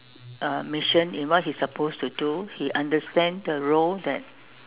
uh mission in what he is supposed to do he understand the role that